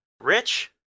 rich